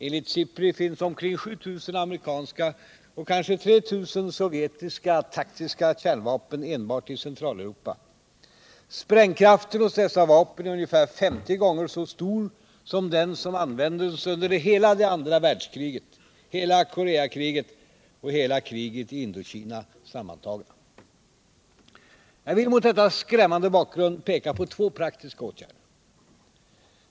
Enligt SIPRI finns omkring 7 000 amerikanska och kanske 3 000 sovjetiska taktiska kärnvapen enbart i Centraleuropa. Sprängkraften hos dessa vapen är ungefär 50 gånger så stor som den som användes under hela det andra världskriget, hela Koreakriget och hela kriget i Indokina sammantagna. Jag vill mot denna skrämmande bakgrund peka på två praktiska åtgärder.